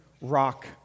rock